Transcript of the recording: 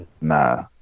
Nah